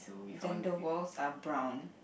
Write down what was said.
then the world's are brown